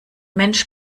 mensch